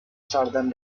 southern